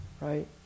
right